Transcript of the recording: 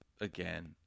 again